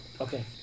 Okay